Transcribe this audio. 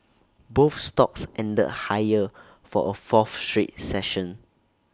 both stocks ended higher for A fourth straight session